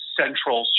central